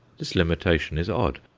this limitation is odd.